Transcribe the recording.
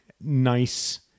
nice